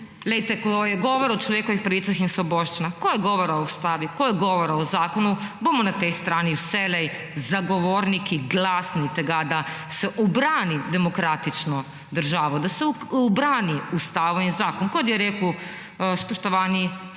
Glejte, ko je govora o človekovih pravicah in svoboščinah, ko je govora o Ustavi, ko je govora o zakonu, bomo na tej strani vselej zagovorniki glasni tega, da se ubrani demokratično državo, da se ubrani Ustavo in zakon. Kot je rekel spoštovani sekretar,